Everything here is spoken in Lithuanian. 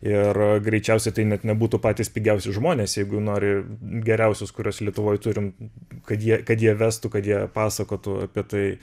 ir greičiausiai tai net nebūtų patys pigiausi žmonės jeigu nori geriausius kuriuos lietuvoj turim kad jie kad jie vestų kad jie pasakotų apie tai